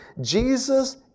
Jesus